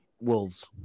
Wolves